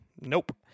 nope